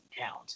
count